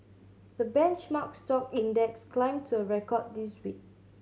the benchmark stock index climbed to a record this week